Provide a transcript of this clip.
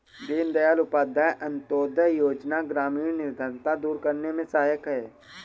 दीनदयाल उपाध्याय अंतोदय योजना ग्रामीण निर्धनता दूर करने में सहायक है